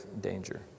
danger